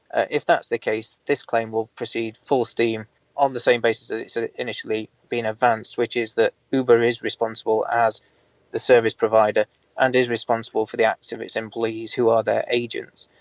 if that's the case this claim will proceed full steam on the same basis that it's sort of initially been advanced, which is that uber is responsible as the service provider and is responsible for the acts of its employees who are their agents.